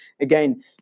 again